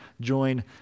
join